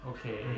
Okay